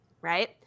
right